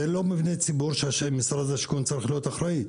זה לא מבני ציבור שמשרד השיכון צריך להיות אחראי.